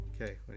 okay